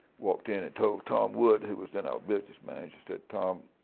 walked in and told tom wood who was then our business manager, said, tom,